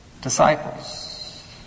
disciples